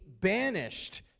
banished